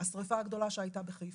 השריפה הגדולה שהייתה בחיפה,